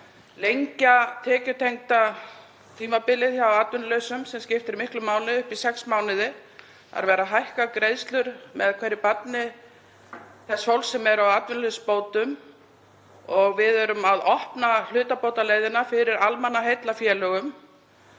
lengja tekjutengda tímabilið hjá atvinnulausum, sem skiptir miklu máli, upp í sex mánuði. Verið er að hækka greiðslur með hverju barni þess fólks sem er á atvinnuleysisbótum og við erum að opna hlutabótaleiðina fyrir almannaheillafélögum